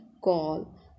call